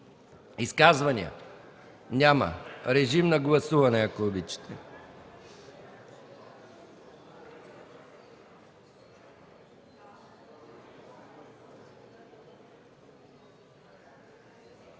Изказвания? Няма. Режим на гласуване, ако обичате,